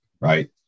right